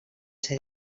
ser